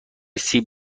سیب